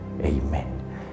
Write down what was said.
Amen